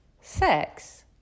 sex